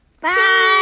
Bye